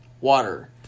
Water